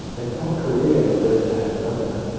and south korea is a place that has done that.